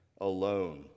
alone